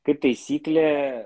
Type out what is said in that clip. kaip taisyklė